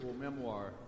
memoir